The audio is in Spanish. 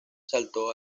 saltó